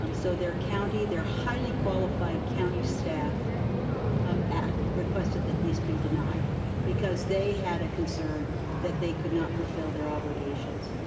um so their county, their highly qualified county staff um requested that this be denied because they had a concern that they could not fulfill their obligations.